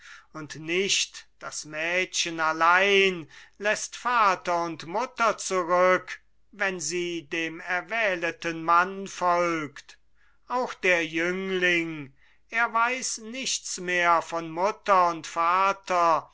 und nicht das mädchen allein läßt vater und mutter zurück wenn sie dem erwähleten mann folgt auch der jüngling er weiß nichts mehr von mutter und vater